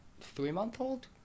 three-month-old